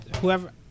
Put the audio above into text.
whoever